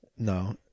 No